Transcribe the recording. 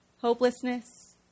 hopelessness